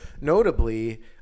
notably